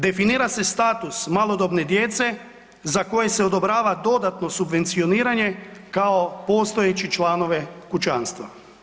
Definira se status malodobne djece za koje se odobrava dodatno subvencioniranje kao postojeće članove kućanstva.